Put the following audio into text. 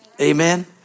Amen